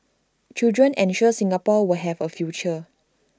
children ensure Singapore will have A future